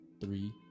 three